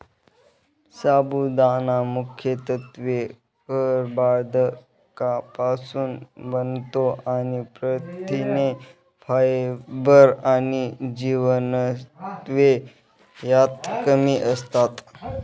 साबुदाणा मुख्यत्वे कर्बोदकांपासुन बनतो आणि प्रथिने, फायबर आणि जीवनसत्त्वे त्यात कमी असतात